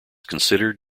considered